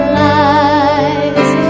lies